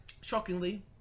Shockingly